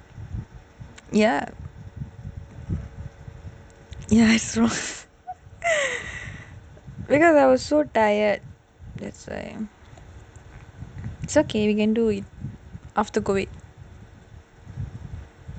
ya I saw because I was so tired that's why it's okay we can do it